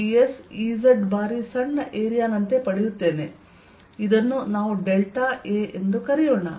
dS Ez ಬಾರಿ ಸಣ್ಣ area ನಂತೆ ಪಡೆಯುತ್ತೇನೆ ಇದನ್ನು ನಾವು ಡೆಲ್ಟಾ a ಎಂದು ಕರೆಯೋಣ